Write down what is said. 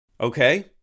okay